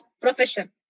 profession